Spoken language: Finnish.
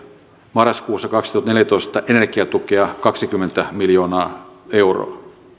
marraskuussa kaksituhattaneljätoista energiatukea kaksikymmentä miljoonaa euroa